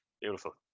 Beautiful